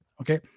okay